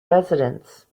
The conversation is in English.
residence